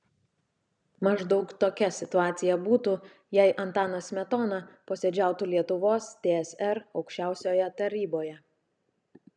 maždaug tokia situacija būtų jei antanas smetona posėdžiautų lietuvos tsr aukščiausioje taryboje